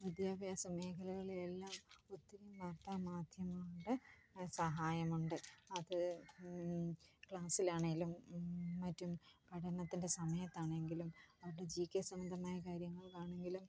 വിദ്യാഭ്യാസ മേഖലകളിലെല്ലാം ഒത്തിരി വാര്ത്താമാധ്യമം ഉണ്ട് സഹായമുണ്ട് അത് ക്ലാസിലാണെങ്കിലും മറ്റും പഠനത്തിന്റെ സമയത്താണെങ്കിലും അവരുടെ ജി കെ സംബന്ധമായ കാര്യങ്ങള്ക്കാണെങ്കിലും